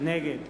נגד